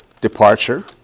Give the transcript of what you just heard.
Departure